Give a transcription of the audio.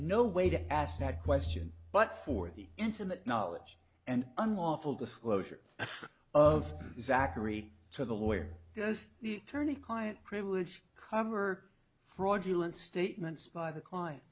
no way to asked that question but for the intimate knowledge and unlawful disclosure of zachary to the lawyer does the attorney client privilege cover fraudulent statements by the client